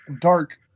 dark